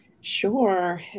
sure